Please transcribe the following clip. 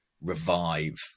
revive